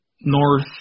north